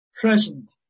Present